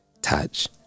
Touch